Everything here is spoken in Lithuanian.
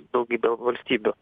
daugybė valstybių